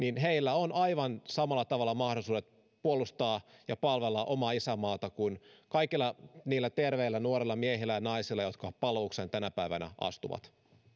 heillä on aivan samalla tavalla mahdollisuudet puolustaa ja palvella omaa isänmaata kuin kaikilla niillä terveillä nuorilla miehillä ja naisilla jotka palvelukseen tänä päivänä astuvat